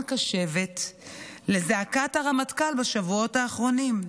קשבת לזעקת הרמטכ"ל בשבועות האחרונים.